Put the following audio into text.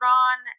Ron